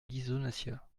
ghisonaccia